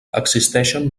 existeixen